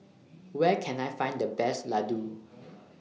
Where Can I Find The Best Ladoo